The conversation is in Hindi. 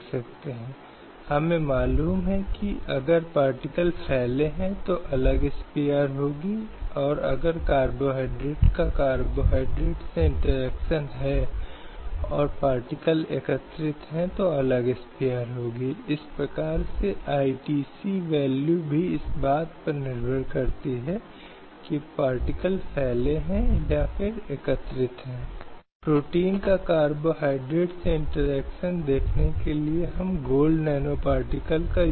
अब इस स्थिति में हालांकि अदालत की दलीलें अलग थीं क्योंकि एक निश्चित उद्देश्य था जिसके लिए जिस तरह से यह अस्तित्व में आया था और धारा 497 की पूरी योजना में महिलाओं को पीड़ित के रूप में देखा जाता है और यह महिलाओं के इस कारण की रक्षा के लिए कि धारा ने महिलाओं को उन अन्य महिलाओं के खिलाफ मामला लाने की अनुमति नहीं दी है जिनके साथ पति के व्यभिचारी संबंध हैं